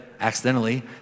accidentally